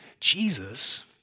Jesus